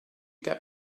get